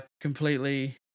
completely